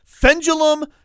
Fendulum